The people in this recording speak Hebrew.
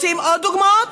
רוצים עוד דוגמאות?